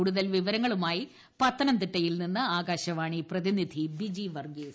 കൂടുതൽ വിവരങ്ങളുമായി പത്തനംതിട്ടയിൽ നിന്നും ആകാശവാണി പ്രതിനിധി ബിജി വർഗീസ്